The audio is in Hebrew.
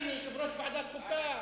הנה, יושב-ראש ועדת החוקה,